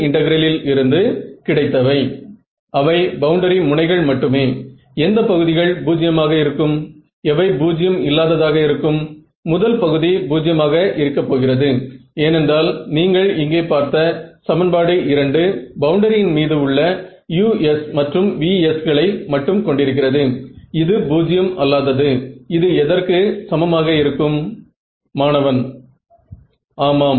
delta இடைவெளி input source அல்லது magnetic field ஐ தேர்ந்தெடுப்பதை பொருத்து நான் வெவ்வேறு விடைகளை பெறலாம்